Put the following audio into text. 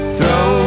Throw